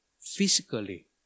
physically